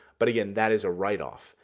but again, that is a write-off.